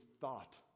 thought